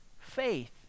Faith